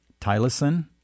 Tylosin